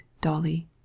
Dolly